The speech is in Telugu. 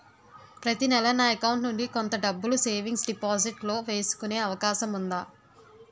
ప్రతి నెల నా అకౌంట్ నుండి కొంత డబ్బులు సేవింగ్స్ డెపోసిట్ లో వేసుకునే అవకాశం ఉందా?